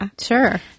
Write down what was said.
sure